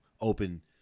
open